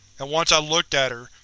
and once i looked at her,